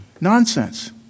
Nonsense